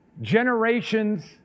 generations